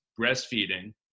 breastfeeding